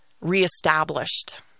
reestablished